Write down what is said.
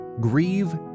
Grieve